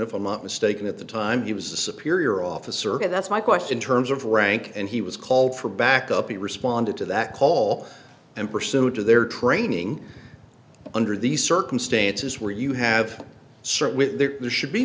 month mistaken at the time he was a superior officer and that's my question terms of rank and he was called for backup he responded to that call and pursuit of their training under these circumstances where you have certain there should be